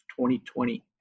2020